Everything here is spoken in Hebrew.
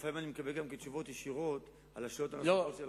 לפעמים אני מקבל גם תשובות ישירות על השאלות שלכם.